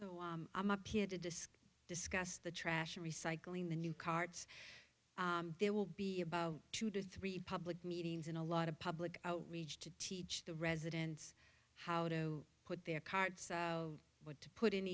so i'm up here to disk discuss the trash and recycling the new carts there will be about two to three public meetings and a lot of public outreach to teach the residents how to put their cards what to put in